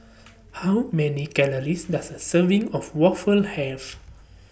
How Many Calories Does A Serving of Waffle Have